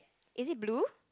is it blue